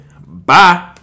Bye